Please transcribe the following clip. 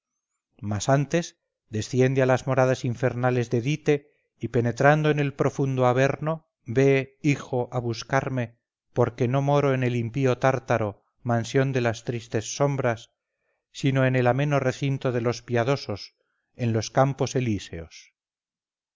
mas antes desciende a las moradas infernales de dite y penetrando en el profundo averno ve hijo a buscarme porque no moro en el impío tártaro mansión de las tristes sombras sino en el ameno recinto de los piadosos en los campos elíseos allí